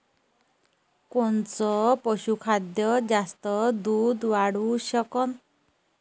कोनचं पशुखाद्य जास्त दुध वाढवू शकन?